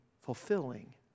fulfilling